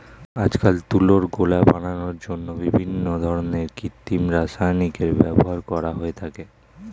আজকাল তুলোর গোলা বানানোর জন্য বিভিন্ন ধরনের কৃত্রিম রাসায়নিকের ব্যবহার করা হয়ে থাকে